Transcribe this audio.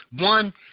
One